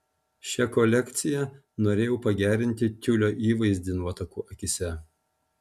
šia kolekcija norėjau pagerinti tiulio įvaizdį nuotakų akyse